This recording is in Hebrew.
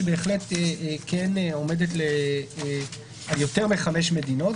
שבהחלט כן עומדת על יותר מחמש מדינות,